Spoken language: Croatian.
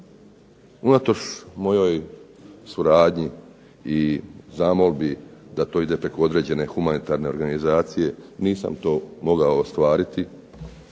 Unatoč mojoj suradnji i zamolbi da to ide preko određene humanitarne organizacije nisam to mogao ostvariti